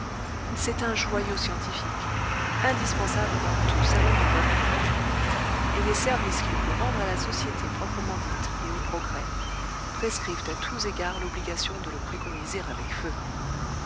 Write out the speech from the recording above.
c'est un joyau scientifique indispensable dans tout salon de bonne compagnie et les services qu'il peut rendre à la société proprement dite et au progrès prescrivent à tous égards l'obligation de le préconiser avec feu